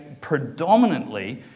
predominantly